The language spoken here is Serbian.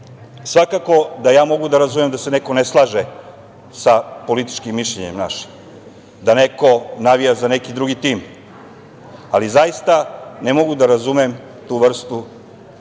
Svakako da mogu da razumem da se neko ne slaže sa političkim mišljenjem našim, da neko navija za neki drugi tim, ali zaista ne mogu da razumem tu vrstu